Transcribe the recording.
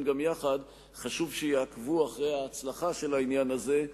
גם יחד חשוב שיעקבו אחרי ההצלחה של העניין הזה,